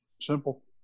Simple